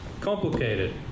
complicated